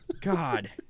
God